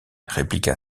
répliqua